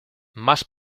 más